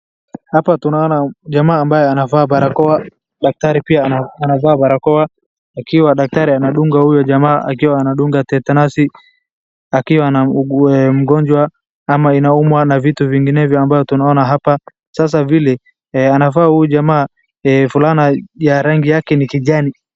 Hapa tunaona jamaa ambaye anavaa barakoa daktari pia anavaa barakoa akiwa daktari anadunga huyo jamaa akiwa anadunga tetenasi akiwa na nguo ya mgonjwa ama inaumwa na vitu zinginevyo tunaona hapa. Sasa vile anavaa huyu jamaa fulana ya ragi yake ni kijani.